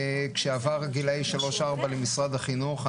כשעבר גילאי שלוש ארבע למשרד החינוך,